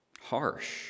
harsh